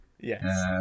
Yes